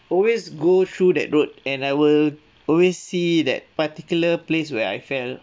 always go through that road and I will always see that particular place where I fell